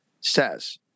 says